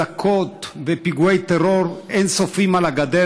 אזעקות ופיגועי טרור אין-סופיים על הגדר